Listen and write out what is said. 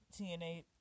TNA